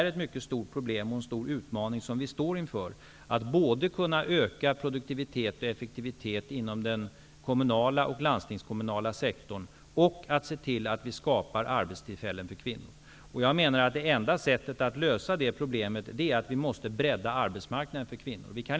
Ett mycket stort problem och en stor utmaning som vi står inför är att både kunna öka produktivitet och effektivitet inom den kommunala och landstingskommunala sektorn och att se till att arbetstillfällen för kvinnor skapas. Jag menar att det enda sättet att lösa det problemet är genom att bredda arbetsmarknaden för kvinnor.